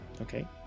Okay